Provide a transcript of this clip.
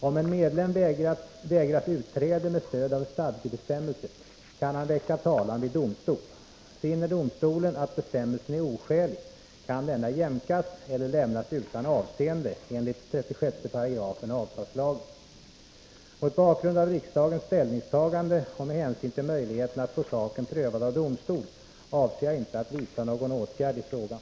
Om en medlem vägras utträde med stöd av en stadgebestämmelse, kan han väcka talan vid domstol. Finner domstolen att bestämmelsen är oskälig, kan denna jämkas eller lämnas utan avseende enligt 36 § avtalslagen. Mot bakgrund av riksdagens ställningstagande och med hänsyn till möjligheterna att få saken prövad av domstol avser jag inte att vidta någon åtgärd i frågan.